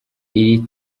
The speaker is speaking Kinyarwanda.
iri